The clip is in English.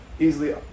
Easily